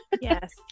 Yes